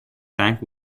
tank